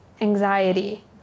anxiety